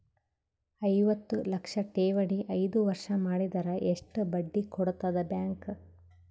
ಐವತ್ತು ಲಕ್ಷ ಠೇವಣಿ ಐದು ವರ್ಷ ಮಾಡಿದರ ಎಷ್ಟ ಬಡ್ಡಿ ಕೊಡತದ ಬ್ಯಾಂಕ್?